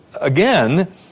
again